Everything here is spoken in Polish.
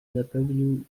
napełnił